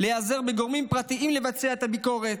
להיעזר בגורמים פרטיים לבצע את הביקורת,